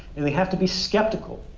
and they have to be skeptical,